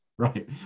Right